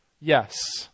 Yes